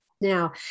Now